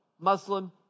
Muslim